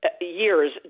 years